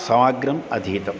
समग्रम् अधीतम्